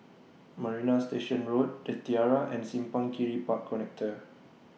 Marina Station Road The Tiara and Simpang Kiri Park Connector